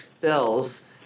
bills